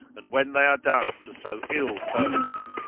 and when they are done to so ill purpose.